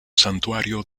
santuario